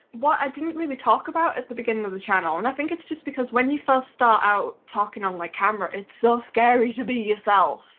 i didn't really talk about at the beginning of the channel and i think it's just because when you first start out talking on my camera, it's so scary to be yourself.